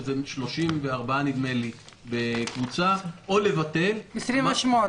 שזה 34 כמדומני כקבוצה או לבטל --- 28.